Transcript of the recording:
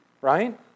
right